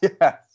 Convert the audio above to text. Yes